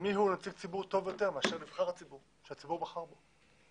מי הוא נציג ציבור טוב יותר מאשר נבחר הציבור שהציבור בחר בו?